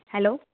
hello